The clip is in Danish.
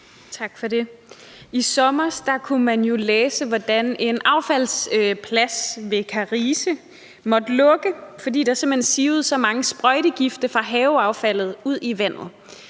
I sommer kunne man læse, hvordan en affaldsplads ved Karise måtte lukke, fordi der simpelt hen sivede så mange sprøjtegifte fra haveaffaldet ud i vandet.